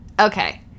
Okay